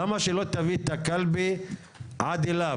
למה שלא תביא את הקלפי עד אליו,